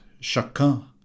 chacun